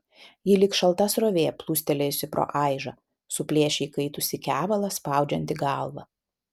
ji lyg šalta srovė plūstelėjusi pro aižą suplėšė įkaitusį kevalą spaudžiantį galvą